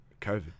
COVID